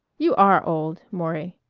you are old, maury,